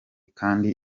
kandi